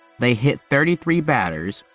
they hit thirty three batters,